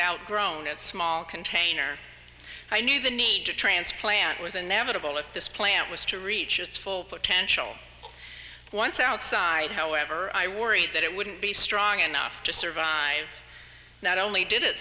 out grown a small container i knew the need to transplant was inevitable if this plant was to reach its full potential once outside however i worried that it wouldn't be strong enough to survive not only did it